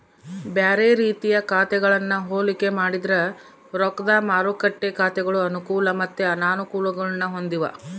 ಬ್ಯಾರೆ ರೀತಿಯ ಖಾತೆಗಳನ್ನ ಹೋಲಿಕೆ ಮಾಡಿದ್ರ ರೊಕ್ದ ಮಾರುಕಟ್ಟೆ ಖಾತೆಗಳು ಅನುಕೂಲ ಮತ್ತೆ ಅನಾನುಕೂಲಗುಳ್ನ ಹೊಂದಿವ